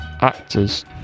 actors